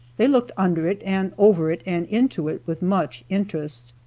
they looked under it and over it and into it with much interest.